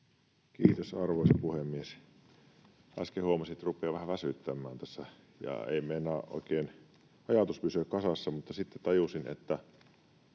Kiitos, arvoisa puhemies! Äsken huomasin, että rupeaa jo vähän väsyttämään tässä ja ei meinaa oikein ajatus pysyä kasassa, mutta sitten tajusin, että